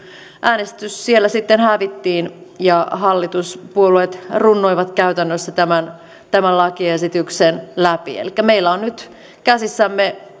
äänestys siellä sitten hävittiin ja hallituspuolueet runnoivat käytännössä tämän tämän lakiesityksen läpi elikkä meillä on nyt käsissämme